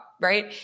right